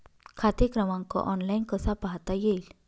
खाते क्रमांक ऑनलाइन कसा पाहता येईल?